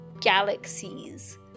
galaxies